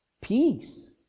Peace